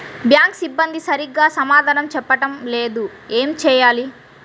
Bank సిబ్బంది సరిగ్గా సమాధానం చెప్పటం లేదు ఏం చెయ్యాలి?